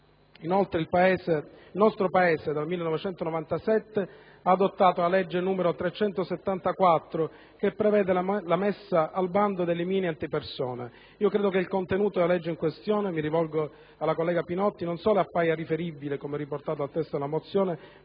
Inoltre, il nostro Paese dal 1997 ha adottato la legge n. 374, che prevede la messa al bando delle mine antipersona. Credo che il contenuto della legge in questione - mi rivolgo alla collega Pinotti - non solo «appaia riferibile», come riportato nel testo della mozione,